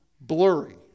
blurry